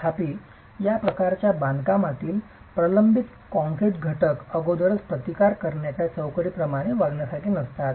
तथापि या प्रकारच्या बांधकामातील प्रबलित कंक्रीट घटक खरोखरच प्रतिकार करण्याच्या चौकटीप्रमाणे वागण्यासारखे नसतात